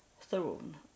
throne